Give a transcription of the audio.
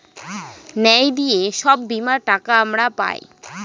ন্যায় দিয়ে সব বীমার টাকা আমরা পায়